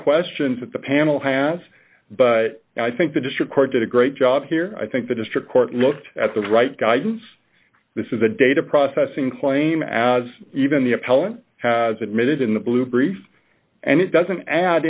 questions that the panel has but i think the district court did a great job here i think the district court looked at the right guidance this is a data processing claim as even the appellant has admitted in the blue brief and it doesn't add